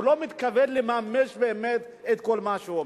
הוא לא מתכוון לממש באמת את כל מה שהוא אומר.